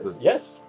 Yes